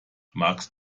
magst